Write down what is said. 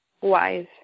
wise